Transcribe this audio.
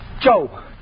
Joe